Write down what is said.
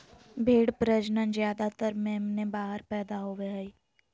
भेड़ प्रजनन ज्यादातर मेमने बाहर पैदा होवे हइ